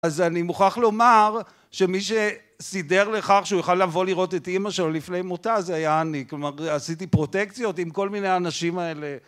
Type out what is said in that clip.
אז אני מוכרח לומר שמי שסידר לכך שהוא יוכל לבוא לראות את אימא שלו לפני מותה זה היה אני, כלומר עשיתי פרוטקציות עם כל מיני האנשים האלה.